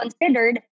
considered